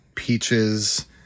Peaches